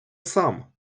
сам